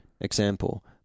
Example